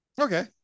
okay